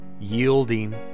yielding